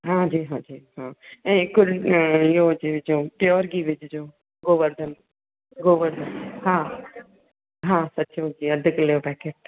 हा जी हा जी हा ऐं हिकु इहो विझिजो प्योर गिहु विझिजो गोवर्धन गोवर्धन हा हा सची मुची अधु किलो जो पैकेट